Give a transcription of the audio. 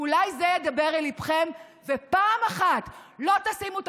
אולי זה ידבר אל ליבכם ופעם אחת לא תשימו את